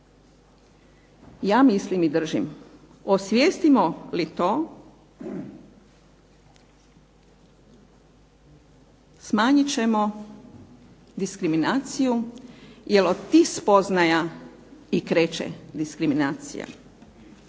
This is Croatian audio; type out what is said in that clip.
Ja mislim i držim, osvijestimo li to smanjit ćemo diskriminaciju jel od tih spoznaja i kreće diskriminacija.